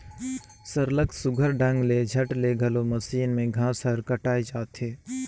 सरलग सुग्घर ढंग ले झट ले घलो मसीन में घांस हर कटाए जाथे